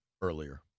earlier